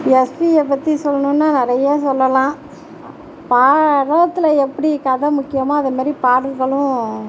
எஸ்பியை பற்றி சொல்லணுனா நிறைய சொல்லலாம் பா உலகத்தில் எப்படி கதை முக்கியமோ அதுமாரி பாடல்களும்